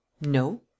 No